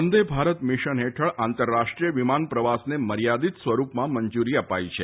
વંદે Bharat mission હેઠળ આંતરરાષ્ટ્રીય વિમાન પ્રવાસને મર્યાદિત સ્વરૂપમાં મંજુરી અપાઈ છે